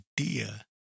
idea